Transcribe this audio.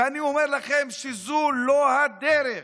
אני אומר לכם שזו לא הדרך.